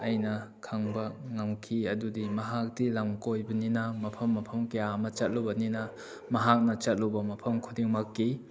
ꯑꯩꯅ ꯈꯪꯕ ꯉꯝꯈꯤ ꯑꯗꯨꯗꯤ ꯃꯍꯥꯛꯇꯤ ꯂꯝ ꯀꯣꯏꯕꯅꯤꯅ ꯃꯐꯝ ꯃꯐꯝ ꯀꯌꯥ ꯑꯃ ꯆꯠꯂꯨꯕꯅꯤꯅ ꯃꯍꯥꯛꯅ ꯆꯠꯂꯨꯕ ꯃꯐꯝ ꯈꯨꯗꯤꯡꯃꯛꯀꯤ